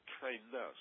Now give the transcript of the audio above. kindness